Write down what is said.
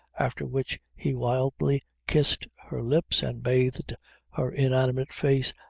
after which he wildly kissed her lips, and bathed her inanimate face,